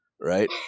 Right